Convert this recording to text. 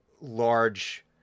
large